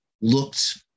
looked